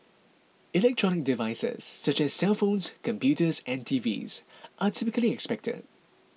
electronic devices such as cellphones computers and TVs are typically expected